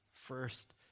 first